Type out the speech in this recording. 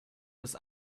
bis